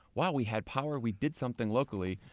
wow, we had power. we did something locally.